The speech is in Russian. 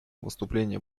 выступления